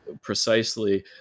precisely